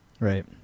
Right